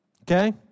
Okay